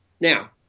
Now